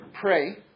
pray